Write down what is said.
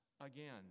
again